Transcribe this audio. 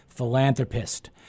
philanthropist